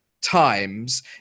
times